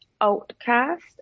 outcast